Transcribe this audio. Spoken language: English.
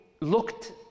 looked